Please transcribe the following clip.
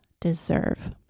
deserve